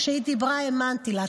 כשהיא דיברה האמנתי לה.